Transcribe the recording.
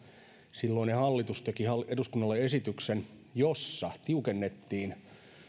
silloinen hallitus teki eduskunnalle esityksen jossa tiukennettiin